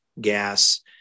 gas